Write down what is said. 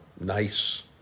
nice